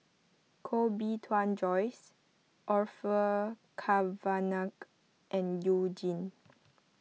Koh Bee Tuan Joyce Orfeur Cavenagh and You Jin